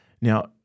Now